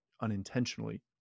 unintentionally